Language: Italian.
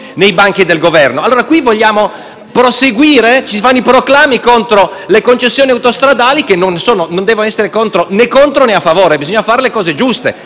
nei banchi del Governo. Vogliamo proseguire? Si fanno i proclami contro le concessioni autostradali ma non bisogna essere né contro, né a favore, bisogna fare ciò che è giusto.